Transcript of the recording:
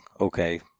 okay